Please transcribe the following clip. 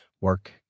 work